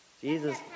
Jesus